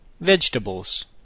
Vegetables